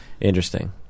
Interesting